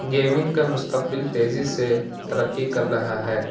gaming کا مستقبل تیزی سے ترقی کر رہا ہے